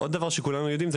עוד דבר שכולנו יודעים,